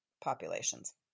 populations